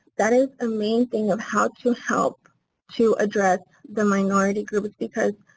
that is amazing of how to help to address the minority groups because